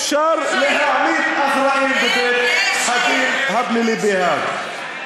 אפשר להעמיד אחראים לדין בבית-הדין הפלילי בהאג.